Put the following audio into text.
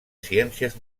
ciències